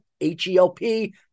H-E-L-P